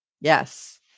Yes